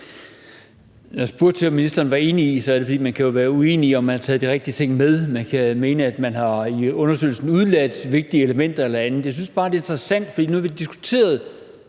Når jeg spurgte, om ministeren er enig i det, er det, fordi man jo kan være uenige om, hvorvidt de har taget de rigtige ting med. Man kan mene, at de har udeladt vigtige elementer i undersøgelsen. Jeg synes bare, det er interessant, for vi har diskuteret